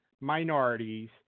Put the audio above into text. minorities